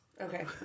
Okay